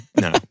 no